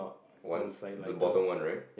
one's the bottom one right